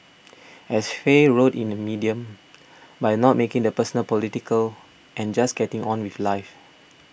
as Faye wrote in Medium by not making the personal political and just getting on with life